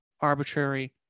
arbitrary